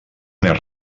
més